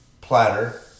platter